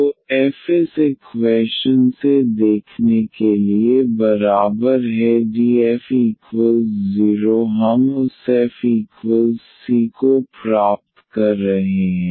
तो f इस equation से देखने के लिए बराबर है df 0 हम उस f c को प्राप्त कर रहे हैं